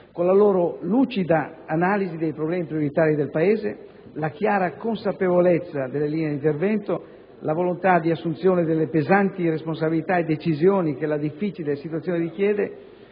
con la loro lucida analisi dei problemi prioritari del Paese, la chiara consapevolezza delle linee d'intervento, la volontà di assunzione delle pesanti responsabilità e decisioni che la difficile situazione richiede,